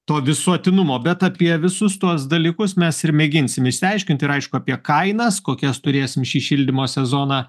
to visuotinumo bet apie visus tuos dalykus mes ir mėginsim išsiaiškint ir aišku apie kainas kokias turėsim šį šildymo sezoną